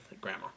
Grandma